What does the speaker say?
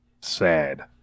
Sad